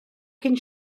cyn